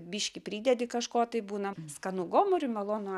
biškį pridedi kažko tai būna skanu gomuriui malonu